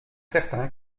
certains